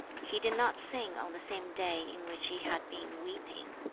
he did not sing on the same day in which he had been weeping.